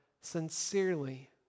sincerely